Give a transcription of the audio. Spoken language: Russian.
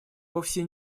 вовсе